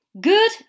Good